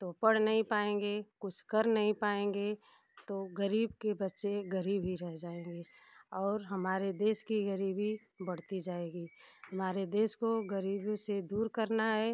तो पढ़ नहीं पाएंगे कुछ कर नहीं पाएंगे तो गरीब के बच्चे गरीब ही रहे जाएंगे और हमारे देश की गरीबी बढ़ती जाएगी हमारे देश को गरीबी से दूर करना है